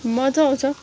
मजा आउँछ